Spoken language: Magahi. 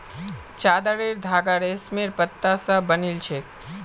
चादरेर धागा रेशमेर पत्ता स बनिल छेक